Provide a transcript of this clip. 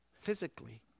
Physically